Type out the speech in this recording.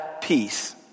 Peace